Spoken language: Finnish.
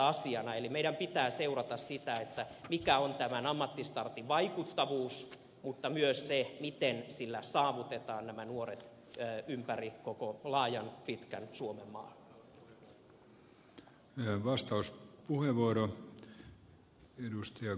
meidän pitää seurata sitä mikä on tämän ammattistartin vaikuttavuus mutta myös sitä miten sillä saavutetaan nämä nuoret ympäri koko laajan pitkän suomenmaan